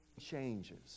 changes